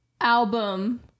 album